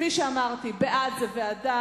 כפי שאמרתי, בעד זה ועדה.